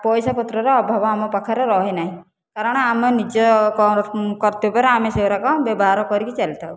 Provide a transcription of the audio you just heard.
ପଇସା ପତ୍ରର ଅଭାବ ଆମ ପାଖରେ ରୁହେ ନାହିଁ କାରଣ ଆମ ନିଜ କର୍ତ୍ତବ୍ୟରେ ଆମେ ସେଗୁଡ଼ାକ ବ୍ୟବହାର କରିକି ଚାଲିଥାଉ